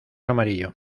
amarillo